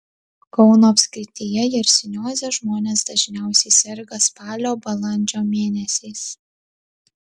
kauno apskrityje jersinioze žmonės dažniausiai serga spalio balandžio mėnesiais